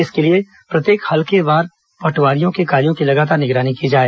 इसके लिए प्रत्येक हल्के बार पटवारियों के कार्यो की लगातार निगरानी की जाए